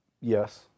yes